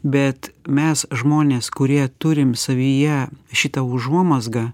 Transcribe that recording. bet mes žmonės kurie turim savyje šitą užuomazgą